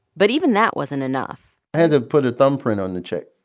but even that wasn't enough i had to put a thumbprint on the check.